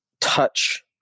touch